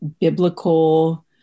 biblical